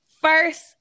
first